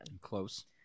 Close